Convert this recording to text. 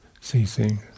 ceasing